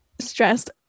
stressed